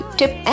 tip